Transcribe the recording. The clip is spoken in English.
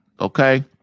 Okay